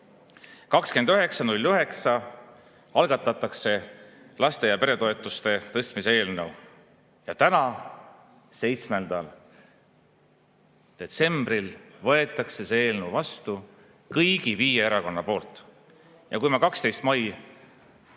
algatati laste‑ ja peretoetuste tõstmise eelnõu. Ja täna, 7. detsembril võetakse see eelnõu vastu kõigi viie erakonna poolt. Ma 12. mail